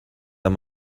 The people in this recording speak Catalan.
amb